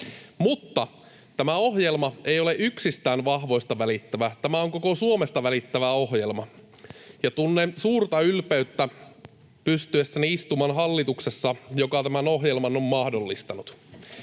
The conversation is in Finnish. Mutta tämä ohjelma ei ole yksistään vahvoista välittävä, tämä on koko Suomesta välittävä ohjelma, ja tunnen suurta ylpeyttä pystyessäni istumaan hallituksessa, joka tämän ohjelman on mahdollistanut.